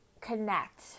connect